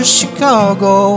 Chicago